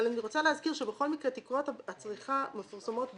אני רוצה להזכיר שבכל מקרה תקרות הצריכה מפורסמות באיחור.